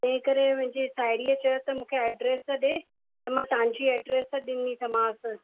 तंहिं करे मुंहिंजी साहेड़ीअ चयो त मूंखे एड्रेस ॾिए त मां तव्हांजी एड्रेस त ॾिनीमास